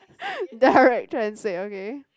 direct translate okay